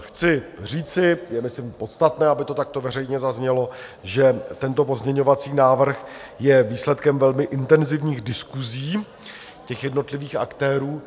Chci říci, je myslím podstatné, aby to takto veřejně zaznělo, že tento pozměňovací návrh je výsledkem velmi intenzivních diskusí jednotlivých aktérů.